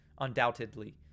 undoubtedly